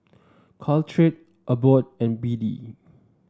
Caltrate Abbott and B D